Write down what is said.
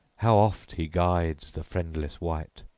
how oft he guides the friendless wight!